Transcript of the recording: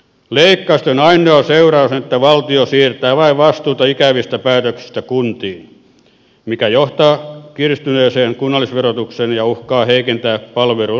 leikkausten ainoa seuraus on että valtio siirtää vain vastuuta ikävistä päätöksistä kuntiin mikä johtaa kiristyneeseen kunnallisverotukseen ja uhkaa heikentää palvelujen laatua